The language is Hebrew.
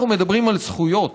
אנחנו מדברים על זכויות,